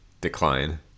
decline